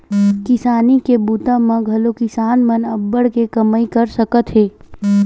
किसानी के बूता म घलोक किसान मन अब्बड़ के कमई कर सकत हे